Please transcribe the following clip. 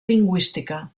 lingüística